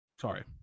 Sorry